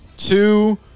Two